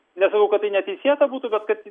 nesakau kad tai neteisėta būtų bet kad